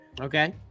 okay